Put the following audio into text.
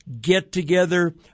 get-together